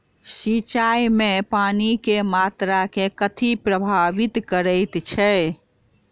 सिंचाई मे पानि केँ मात्रा केँ कथी प्रभावित करैत छै?